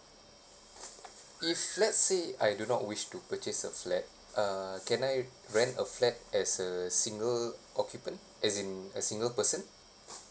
if let's say I do not wish to purchase a flat uh can I rent a flat as a single occupant as in a single person